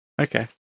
Okay